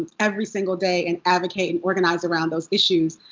every single day and advocate and organize around those issues.